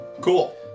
Cool